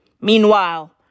Meanwhile